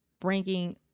bringing